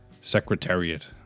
Secretariat